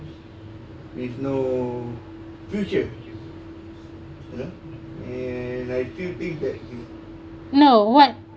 no what